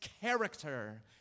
character